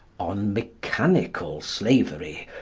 on mechanical slavery,